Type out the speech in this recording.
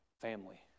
family